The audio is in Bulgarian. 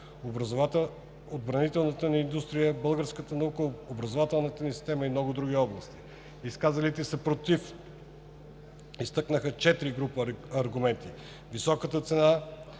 отбранителната ни индустрия, българската наука, образователната система и много други области. Изказалите се „против“ изтъкнаха четири групи аргументи: високата цена